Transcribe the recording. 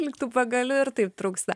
lyg tų pagalių ir taip trūksta